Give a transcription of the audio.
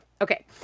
Okay